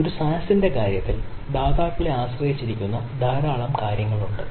ഒരു SaaS ന്റെ കാര്യത്തിൽ ദാതാക്കളെ ആശ്രയിച്ചിരിക്കുന്ന ധാരാളം കാര്യങ്ങളുണ്ട്